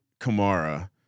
Kamara